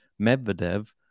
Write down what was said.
Medvedev